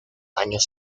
años